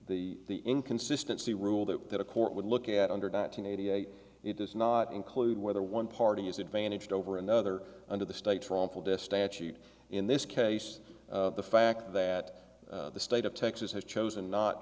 the the inconsistency rule that that a court would look at under that in eighty eight it does not include whether one party is advantaged over another under the state's wrongful death statute in this case the fact that the state of texas has chosen not